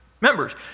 members